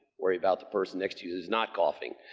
worry about the person next to you that is not coughing